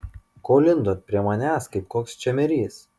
ko lindot prie manęs kaip koks čemerys